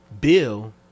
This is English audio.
bill